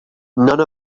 none